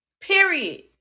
Period